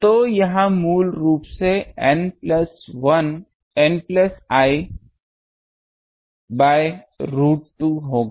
तो यह मूल रूप से N plus I by root 2 होगा